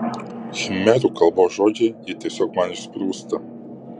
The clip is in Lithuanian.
khmerų kalbos žodžiai jie tiesiog man išsprūsta